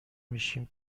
میشیم